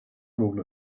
rule